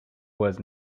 was